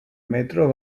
metro